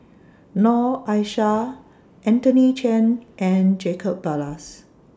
Noor Aishah Anthony Chen and Jacob Ballas